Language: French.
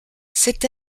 c’est